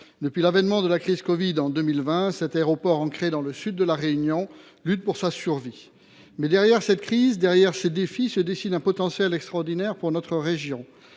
Depuis la survenue de la crise du covid 19, en 2020, cet aéroport, ancré dans le sud de La Réunion, lutte pour sa survie. Derrière cette crise et ces défis se dessine un potentiel extraordinaire pour notre région.